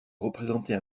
représenter